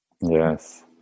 Yes